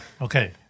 Okay